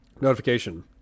notification